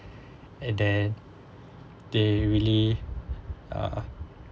and then they really uh